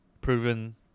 Proven